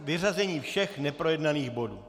Vyřazení všech neprojednaných bodů.